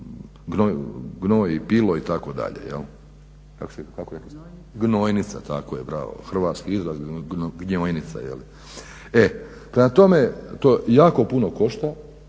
gnoj i pilo itd. Kako rekoste? Gnojnica, tako je, bravo. Hrvatski izraz gnjojnica. E, prema tome to jako puno košta